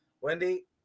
Wendy